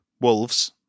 wolves